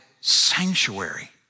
sanctuary